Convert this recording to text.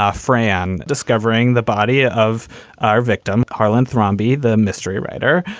ah fran, discovering the body of our victim harlan thrombin. the mystery writer.